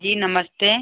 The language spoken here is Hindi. जी नमस्ते